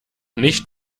nicht